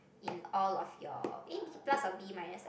in all of your eh B plus or B minus ah